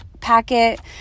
packet